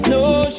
no